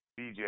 BJ